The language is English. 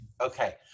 Okay